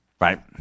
Right